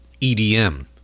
EDM